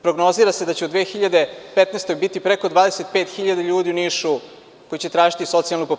Prognozira se da će u 2015. godini biti preko 25 hiljada ljudi u Nišu koji će tražiti socijalnu pomoć.